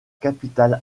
capitale